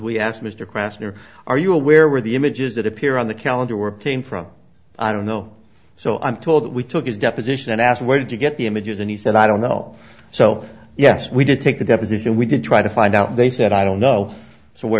we asked mr krasner are you aware were the images that appear on the calendar were obtained from i don't know so i'm told that we took his deposition and asked where did you get the images and he said i don't know so yes we did take the deposition we could try to find out they said i don't know so where